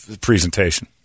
presentation